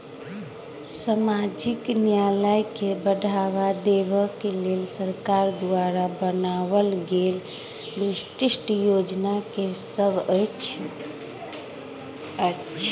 सामाजिक न्याय केँ बढ़ाबा देबा केँ लेल सरकार द्वारा बनावल गेल विशिष्ट योजना की सब अछि?